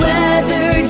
Weather